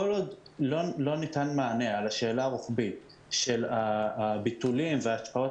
כל עוד לא ניתן מענה על השאלה הרוחבית של הביטולים וההשפעות